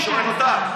לא, אני שואל אותך.